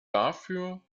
dafür